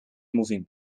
moving